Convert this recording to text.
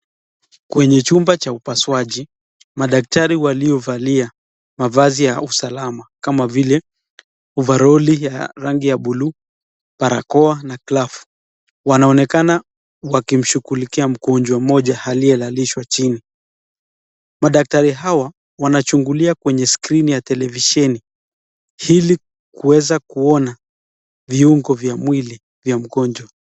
Kwenye chumba cha upasuaji madaktari waliovalia mavazi ya usalama kama vile ovaroli ya rangi ya buluu barakoa na glavu wanaonekana wakimshughulikia mgonjwa aliyelalishwa chini, madkatari hawa wanachungulia kwenye skrini ya televisheni ili kuweza kuona viungo vya mwili vya mgonjwa.